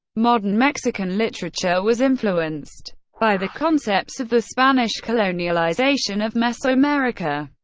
modern mexican literature was influenced by the concepts of the spanish colonialization of mesoamerica.